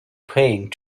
praying